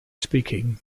speaking